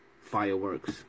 fireworks